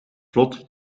vlot